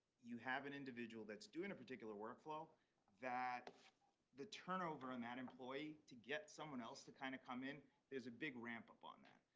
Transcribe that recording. you have an individual that's doing a particular workflow that the turnover in that employee to get someone else to kind of come in is a big ramp up on them.